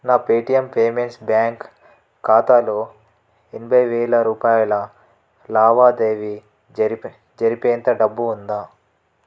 నా Paytm payments bank ఖాతాలో ఎనభై వేల రూపాయల లావాదేవీ జరిపేంత డబ్బు ఉందా